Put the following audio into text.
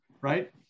right